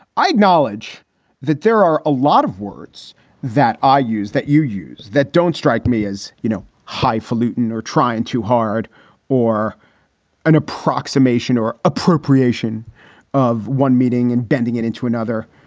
i acknowledge that there are a lot of words that i use that you use that don't strike me as, you know, highfalutin or trying too hard or an approximation or appropriation of one meeting and bending it into another.